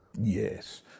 Yes